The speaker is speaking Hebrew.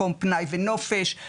מקור פנאי ונופש,